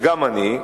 וגם אני,